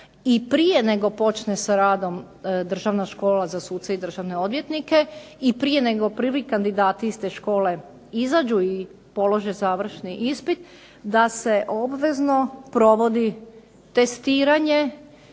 i prije nego počne sa radom državna škola za suce i državne odvjetnike i prije nego prvi kandidati iz te škole izađu i polože završni ispit da se obvezno provodi testiranje